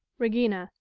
regina.